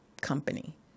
company